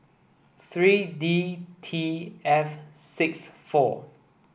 three D T F six four